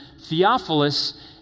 Theophilus